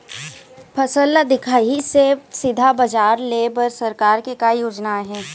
फसल ला दिखाही से सीधा बजार लेय बर सरकार के का योजना आहे?